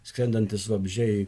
skrendantys vabzdžiai